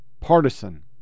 Partisan